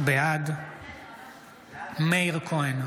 בעד מאיר כהן,